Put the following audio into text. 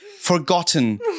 forgotten